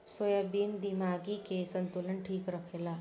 soybean दिमागी के संतुलन ठीक रखेला